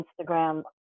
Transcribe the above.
Instagram